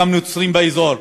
גם נוצרים באזור.